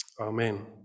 Amen